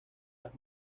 las